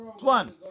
one